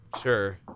Sure